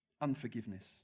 unforgiveness